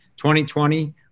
2020